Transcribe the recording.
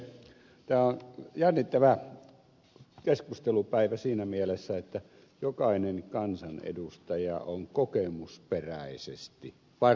tämä on jännittävä keskustelupäivä siinä mielessä että jokainen kansanedustaja on kokemusperäisesti varmasti asiantuntija